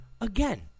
again